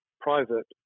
private